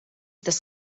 tas